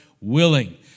willing